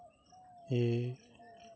ᱮᱭ